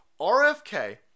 rfk